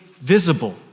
visible